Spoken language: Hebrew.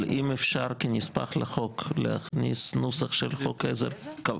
אבל אם אפשר כנספח לחוק להכניס נוסח של חוק עזר.